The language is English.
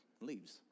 leaves